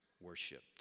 worshipped